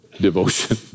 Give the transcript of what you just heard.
devotion